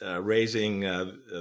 raising